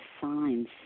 signs